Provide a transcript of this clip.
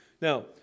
Now